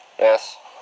Yes